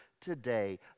today